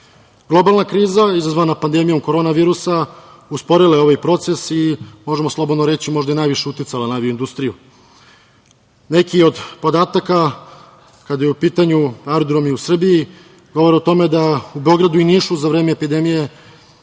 tim. Globalna kriza izazvana pandemijom korona virusa, usporila je ovaj proces i možemo slobodno reći, možda je i najviše uticala na avio industriju. Neki od podataka, kada su u pitanju aerodromi u Srbiji, govore o tome da u Beogradu i Nišu, za vreme pandemije,